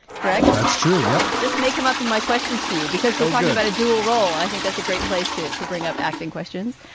correct? that's true. yep. this may come up in my questions to you, because we're talking about a dual role, and i think that's a great place to to bring up acting questions.